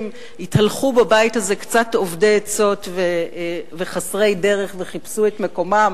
התהלכו בבית הזה קצת אובדי עצות וחסרי דרך וחיפשו את מקומם,